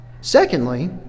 Secondly